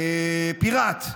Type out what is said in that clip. פיראט,